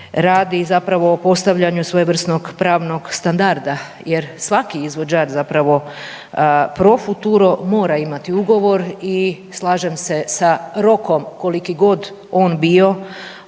radi zapravo o postavljanju svojevrsnog pravnog standarda jer svaki izvođač zapravo pro futuro mora imati ugovor i slažem se sa rokom koliki god on bio